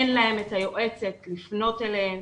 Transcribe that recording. אין להם את היועצת לפנות אליה,